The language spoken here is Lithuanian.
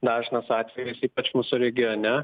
dažnas atvejis ypač mūsų regione